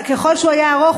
ככל שהיה ארוך,